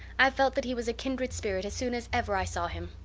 i felt that he was a kindred spirit as soon as ever i saw him.